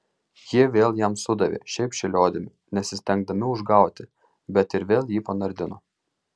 jie vėl jam sudavė šiaip šėliodami nesistengdami užgauti bet ir vėl jį panardino